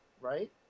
right